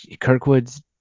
Kirkwood's